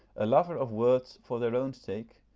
a lover of words for their own sake,